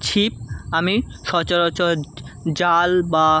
ছিপ আমি সচরাচর জাল বা